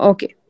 Okay